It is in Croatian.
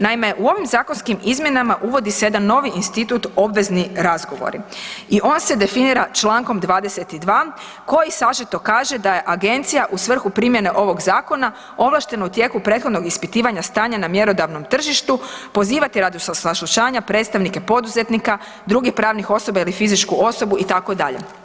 Naime, u ovim zakonskim izmjenama uvodi se jedan novi institut obvezni razgovori i on se definira člankom 22. koji sažeto kaže da je agencija u svrhu primjene ovog zakona ovlaštena u tijeku prethodnog ispitivanja stanja na mjerodavnom tržištu, pozivati sa saslušanja predstavnike poduzetnika, drugih pravnih osoba ili fizičku osobu itd.